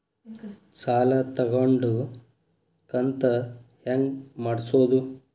ಸಾಲ ತಗೊಂಡು ಕಂತ ಹೆಂಗ್ ಮಾಡ್ಸೋದು?